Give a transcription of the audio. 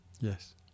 Yes